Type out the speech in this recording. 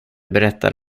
berättar